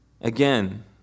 Again